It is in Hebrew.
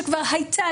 שכבר הייתה,